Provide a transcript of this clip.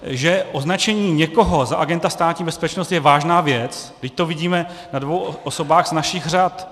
Že označení někoho za agenta Státní bezpečnosti je vážná věc, vždyť to vidíme na dvou osobách z našich řad.